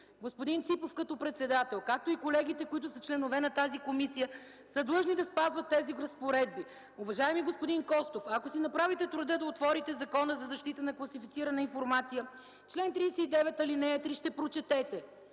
Господин Ципов – като председател, както и колегите, които са членове на тази комисия, са длъжни да спазват тези разпоредби. Уважаеми господин Костов, ако си направите труда да отворите Закона за защита на класифицираната информация в чл. 39, ал. 3 ще прочетете,